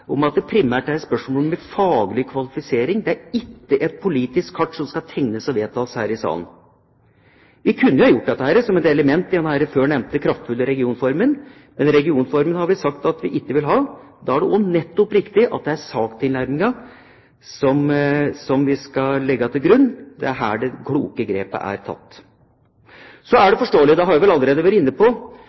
om at det primært er et spørsmål om faglig kvalifisering. Det er ikke et politisk kart som skal tegnes og vedtas her i salen. Vi kunne jo ha gjort det, som et element i denne før nevnte kraftfulle regionformen. Men regionformen har vi sagt at vi ikke vil ha. Da er det også riktig at det er SAK-tilnærmingen vi skal legge til grunn – det er her det kloke grepet er tatt. Så er det forståelig – det har jeg vel allerede vært inne på,